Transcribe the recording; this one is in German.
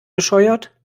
bescheuert